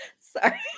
Sorry